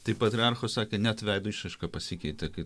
tai patriarcho sakė net veido išraiška pasikeitė kai